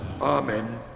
Amen